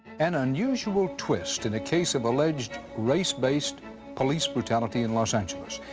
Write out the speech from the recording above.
an unusual twist in a case of alleged race-based police brutality in los angeles.